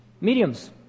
mediums